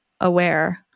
aware